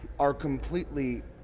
are completely